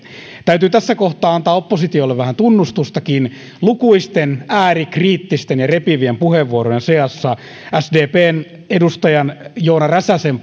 täytyy tässä kohtaa antaa oppositiolle vähän tunnustustakin lukuisten äärikriittisten ja repivien puheenvuorojen seassa sdpn edustajan joona räsäsen